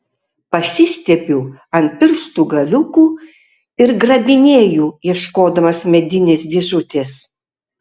pasistiebiu ant pirštų galiukų ir grabinėju ieškodamas medinės dėžutės